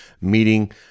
meeting